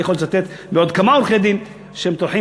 אני יכול לצטט עוד כמה עורכי-דין שטורחים